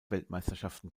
weltmeisterschaften